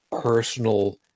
personal